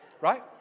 Right